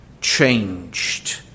changed